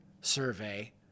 survey